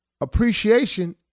appreciation